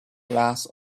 glass